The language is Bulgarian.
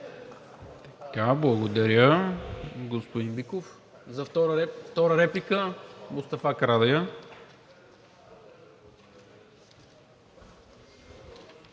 Благодаря, господин Биков. За втора реплика – Мустафа Карадайъ.